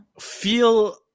feel